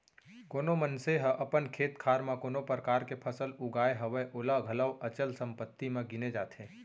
कोनो मनसे ह अपन खेत खार म कोनो परकार के फसल उगाय हवय ओला घलौ अचल संपत्ति म गिने जाथे